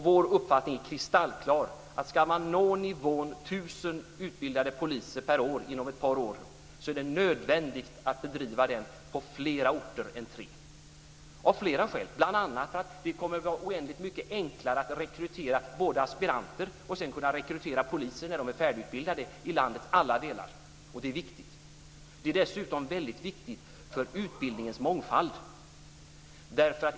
Vår uppfattning är kristallklar: Ska man nå nivån 1 000 utbildade poliser per år inom ett par år, är det nödvändigt att bedriva utbildningen på flera orter än tre. Så är fallet av flera skäl, bl.a. att det kommer att var oändligt mycket enklare att i landets alla delar rekrytera både aspiranter och sedan poliser när de är färdigutbildade. Det är dessutom väldigt viktigt för utbildningens mångfald.